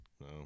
no